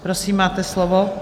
Prosím, máte slovo.